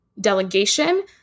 delegation